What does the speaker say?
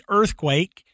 earthquake